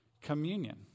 communion